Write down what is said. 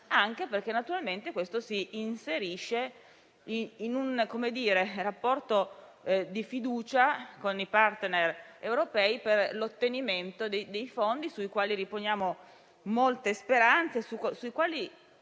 anche perché questo tema si inserisce nel rapporto di fiducia con i *partner* europei per l'ottenimento dei fondi sui quali riponiamo molte speranze